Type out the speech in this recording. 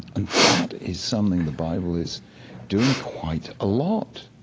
and that is something the bible is doing quite a lot.